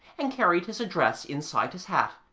and carried his address inside his hat,